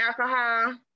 alcohol